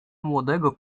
młodego